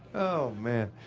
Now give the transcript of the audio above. oh man.